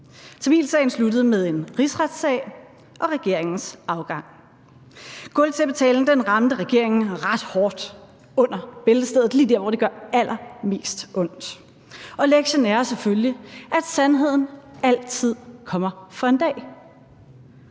Tamilsagen sluttede med en rigsretssag og regeringens afgang. Gulvtæppetalen ramte regeringen ret hårdt under bæltestedet – lige der, hvor det gør allermest ondt. Og lektien er selvfølgelig, at sandheden altid kommer for en dag.